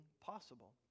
possible